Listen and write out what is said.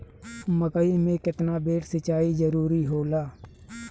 मकई मे केतना बेर सीचाई जरूरी होला?